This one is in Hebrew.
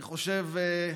אני חושב,